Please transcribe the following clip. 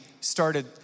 started